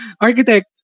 architect